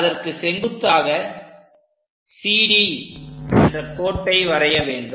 அதற்கு செங்குத்தாக CD என்ற கோட்டை வரைய வேண்டும்